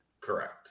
Correct